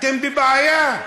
אתם בבעיה,